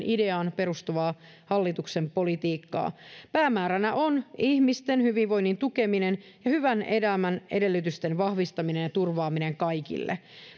ideaan perustuvaa hallituksen politiikkaa päämääränä on ihmisten hyvinvoinnin tukeminen ja hyvän elämän edellytysten vahvistaminen ja turvaaminen kaikille